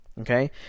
okay